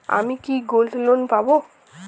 আমি কি gold loan পাবো?